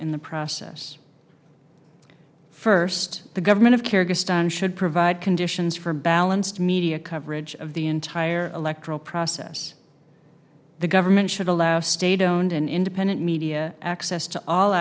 in the process first the government of kyrgyzstan should provide conditions for balanced media coverage of the entire electoral process the government should allow state owned and independent media access to all